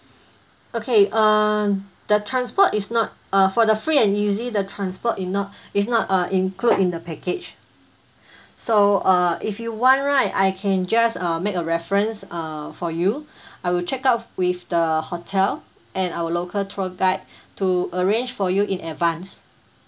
okay err the transport is not uh for the free and easy the transport is not is not uh include in the package so err if you want right I can just uh make a reference err for you I will check out with the hotel and our local tour guide to arrange for you in advanced